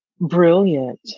brilliant